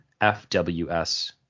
FWS